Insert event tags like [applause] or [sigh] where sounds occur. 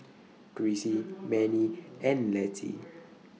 [noise] Crissy Mannie and Mettie